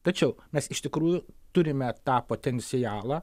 tačiau mes iš tikrųjų turime tą potencialą